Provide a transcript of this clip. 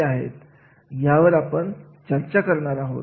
आता या कार्याचे अवलोकन यानंतर आपण पण कार्याची वैशिष्ट्ये याविषयी बोलणार आहोत